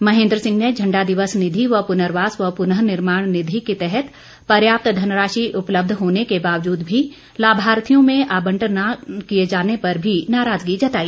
महेंद्र सिंह ने झंडा दिवस निधि व पुनर्वास और पुनःनिर्माण निधी के तहत पर्याप्त धनराशि उपलब्ध होने के बावजूद भी लाभार्थियों में आबंटन न किए जाने पर भी नाराजगी जताई